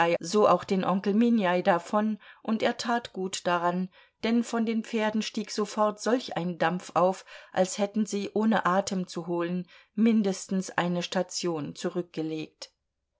so auch den onkel minjaj davon und er tat gut daran denn von den pferden stieg sofort solch ein dampf auf als hätten sie ohne atem zu holen mindestens eine station zurückgelegt